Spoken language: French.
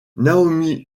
naomi